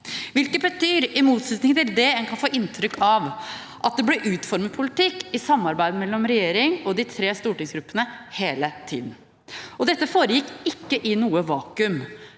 Det betyr, i motsetning til det en kan få inntrykk av, at det ble utformet politikk i samarbeid mellom regjering og de tre stortingsgruppene hele tiden. Dette foregikk ikke i noe vakuum.